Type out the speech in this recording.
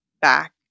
back